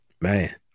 Man